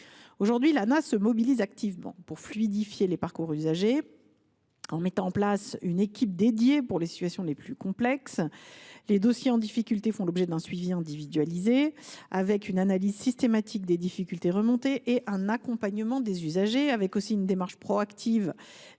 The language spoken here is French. Aujourd’hui, l’Anah se mobilise activement pour fluidifier les parcours des usagers, en mettant en place une équipe dédiée aux situations les plus complexes. Les dossiers en difficulté font l’objet d’un suivi individualisé, d’une analyse systématique des difficultés remontées et d’un accompagnement des usagers. L’agence met également en place une